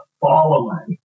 following